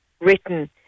written